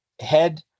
head